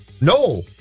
No